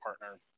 partner